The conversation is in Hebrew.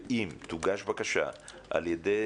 ואם תוגש בקשה על ידי